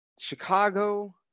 Chicago